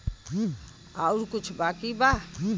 और कुछ बाकी बा?